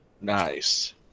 Nice